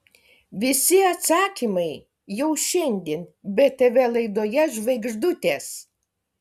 visi atsakymai jau šiandien btv laidoje žvaigždutės